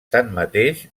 tanmateix